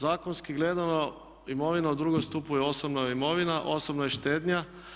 Zakonski gledano imovina u drugom stupu je osobna imovina, osobna štednja.